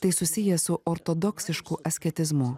tai susiję su ortodoksišku asketizmu